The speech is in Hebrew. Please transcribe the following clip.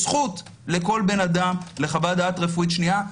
יש זכות לכל אדם לחוות דעת רפואית שנייה.